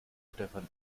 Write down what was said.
stefan